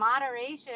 moderation